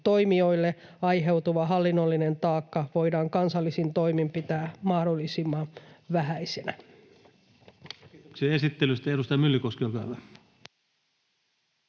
toimijoille voidaan kansallisin toimin pitää mahdollisimman vähäisenä. Kiitoksia esittelystä. — Edustaja Myllykoski, olkaa